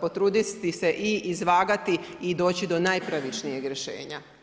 potruditi se i izvagati i doći do najpravičnijeg rešenja.